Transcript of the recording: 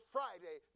Friday